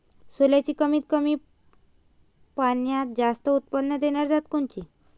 सोल्याची कमी पान्यात जास्त उत्पन्न देनारी जात कोनची?